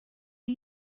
are